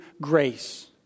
grace